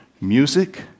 music